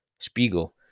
Spiegel